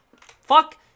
Fuck